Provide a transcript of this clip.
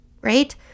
right